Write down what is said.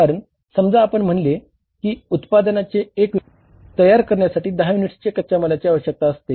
कारण समजा आपण म्हणले की उत्पादनाचे 1 युनिट तयार करण्यासाठी 10 युनिट्स कच्च्या मालाची आवश्यकता असते